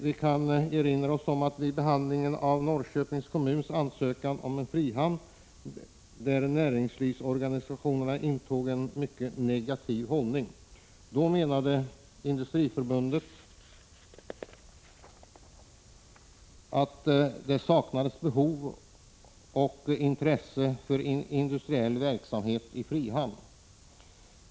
Vi kan erinra oss att näringslivets organisationer intog en mycket negativ hållning vid behandlingen av Norrköpings kommuns ansökan om en frihamn. Då menade Industriförbundet att det saknades behov av och intresse för industriell verksamhet i frihamn.